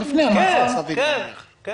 כן, כן.